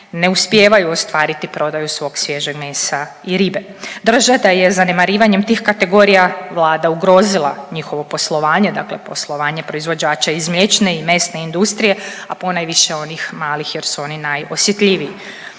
ne uspijevaju ostvariti prodaju svog svježeg mesa i ribe. Drže da je zanemarivanjem tih kategorija Vlada ugrozila njihovo poslovanje, dakle poslovanje proizvođača iz mliječne i mesne industrije, a ponajviše onih malih jer su oni najosjetljiviji.